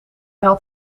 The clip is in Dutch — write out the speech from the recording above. had